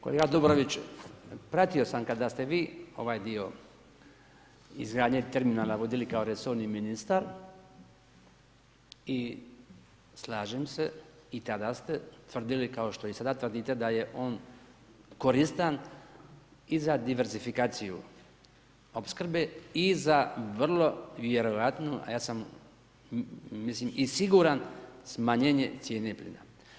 Kolega Dobrović, pratio sam kada ste vi ovaj dio izgradnje terminala vodili kao resorni ministar i slažem se, i tada ste tvrdili kao što i sada tvrdite da je on koristan i za diversifikaciju opskrbe i za vrlo vjerojatno a ja sam i siguran, smanjenje cijene plina.